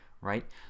right